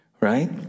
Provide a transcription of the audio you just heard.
right